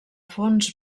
fons